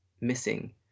missing